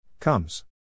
Comes